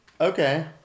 Okay